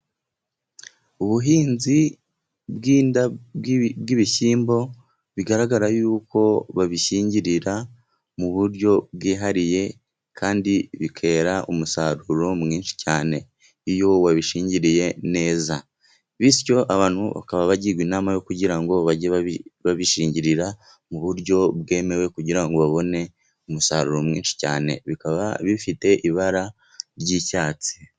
Ubuhinzi bw' ibishyimbo bigaragara yuko babishyingirira mu buryo bwihariye kandi bitera umusaruro mwinshi cyane, iyo wabishingiriye neza bityo abantu bakaba bagirwa inama yo kugira ngo bajye babishingirira mu buryo bwemewe, kugira ngo babone umusaruro mwinshi cyane, bikaba bifite ibara ry' icyatsi.